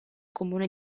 comune